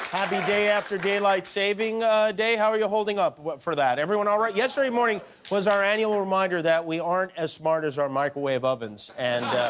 happy day after daylight saving day. how are you holding up for that? everyone all right? yesterday morning was our annual reminder that we aren't as smart as our microwave ovens. and